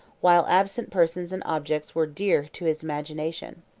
while absent persons and objects were dear to his imagination.